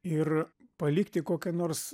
ir palikti kokią nors